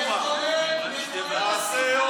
מחולל, תעסוק ברפורמה.